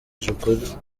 ijwi